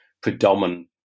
predominant